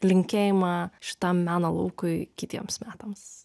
linkėjimą šitam meno laukui kitiems metams